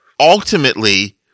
Ultimately